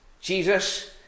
Jesus